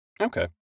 Okay